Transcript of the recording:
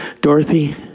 Dorothy